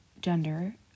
gender